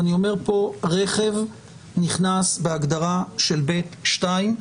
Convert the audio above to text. אני אומר פה שהרכב נכנס בהגדרה של 2(ב)(2),